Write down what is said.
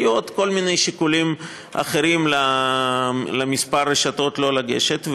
היו עוד כל מיני שיקולים אחרים לכמה רשתות לא לגשת.